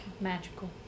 Magical